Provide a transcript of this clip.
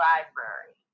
Library